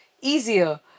easier